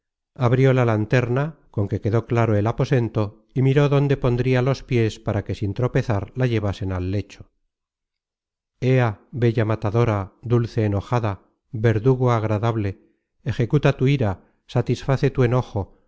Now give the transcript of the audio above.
abrió la lanterna con que quedó claro el aposento y miró dónde pondria los piés para que sin tropezar la llevasen al lecho ea bella matadora dulce enojada verdugo agradable ejecuta tu ira satisface tu enojo